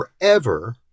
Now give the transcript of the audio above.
forever